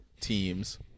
teams